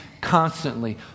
constantly